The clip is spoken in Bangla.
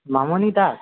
মামনি দাস